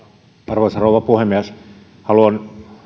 arvoisa rouva puhemies haluan